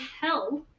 hell